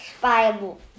Bible